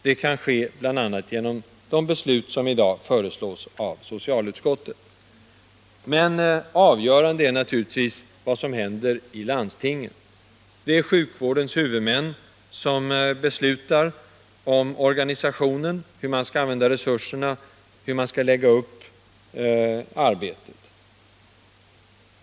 Det kan ske bl.a. genom de beslut som i dag föreslås av socialutskottet. Men avgörande är naturligtvis vad som händer i landstingen. Det är sjukvårdens huvudmän som beslutar om organisationen, hur man skall använda resurserna, hur man skall lägga upp arbetet.